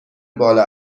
بالا